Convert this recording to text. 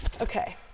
Okay